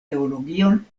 teologion